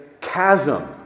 chasm